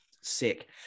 sick